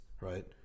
right